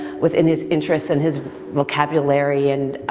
within his interests in his vocabulary and,